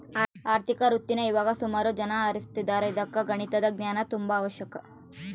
ಆರ್ಥಿಕ ವೃತ್ತೀನಾ ಇವಾಗ ಸುಮಾರು ಜನ ಆರಿಸ್ತದಾರ ಇದುಕ್ಕ ಗಣಿತದ ಜ್ಞಾನ ತುಂಬಾ ಅವಶ್ಯಕ